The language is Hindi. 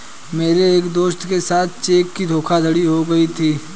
मेरे एक दोस्त के साथ चेक की धोखाधड़ी हो गयी थी